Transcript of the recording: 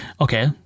Okay